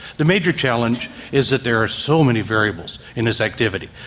the major challenge is that there are so many variables in this activity.